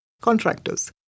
contractors